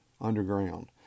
Underground